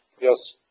Yes